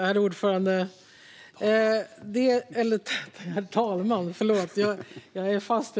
Herr talman!